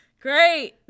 great